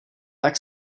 tak